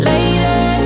Lady